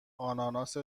آناناس